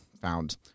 found